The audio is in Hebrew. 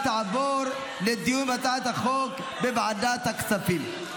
ותעבור לדיון בהצעת החוק בוועדת הכספים.